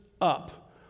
up